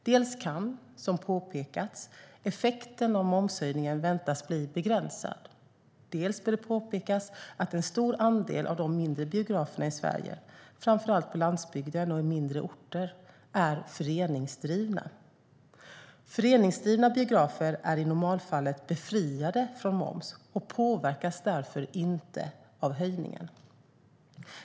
Dels kan, som påpekats, effekten av momshöjningen väntas bli begränsad, dels bör det påpekas att en stor andel av de mindre biograferna i Sverige, framför allt på landsbygden och i mindre orter, är föreningsdrivna. Föreningsdrivna biografer är i normalfallet befriade från moms och påverkas därför inte av höjningen.